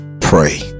pray